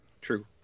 True